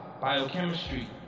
Biochemistry